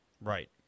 Right